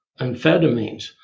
Amphetamines